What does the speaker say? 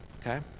Okay